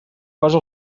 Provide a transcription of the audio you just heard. cosa